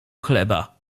chleba